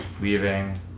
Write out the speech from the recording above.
leaving